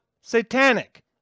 satanic